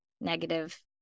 negative